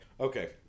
Okay